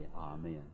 amen